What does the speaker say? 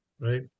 right